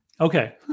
okay